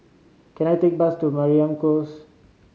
can I take a bus to Mariam Close